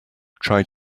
try